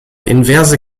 inverse